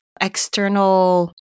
external